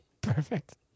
Perfect